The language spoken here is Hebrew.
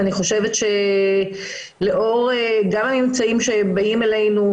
ואני חושבת שלאור גם הממצאים שבאים אלינו,